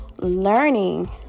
learning